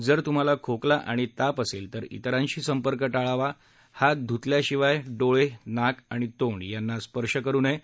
जर तुम्हाला खोकला आणि ताप असेल तर इतरांशी संपर्क टाळावा हात धुतल्या शिवाय डोळे नाक आणि तोंड यांना स्पर्श करु नये